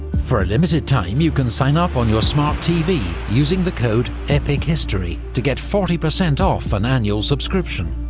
for a limited time, you can sign up on your smart tv using the code epichistory to get forty percent off an annual subscription.